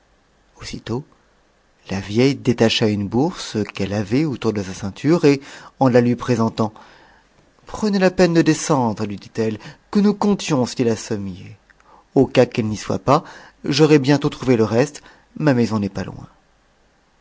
aussitôt la vieille détacha une bourse qu'elle avait autour de sa ceinture et en la lui présentant prenez la peine de desm cendre lui dit-elle que nous comptions si la somme y est au cas qu'elle n n'y soit pas j'aurai bientôt trouvé le reste ma maison n'est pas loin